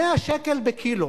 עוד לפני הממשלה הזאת,